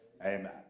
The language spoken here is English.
Amen